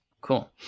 cool